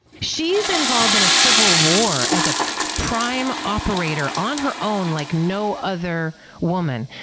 she's involved in a civil war as a prime operator on her own, like no other woman,